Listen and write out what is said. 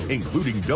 including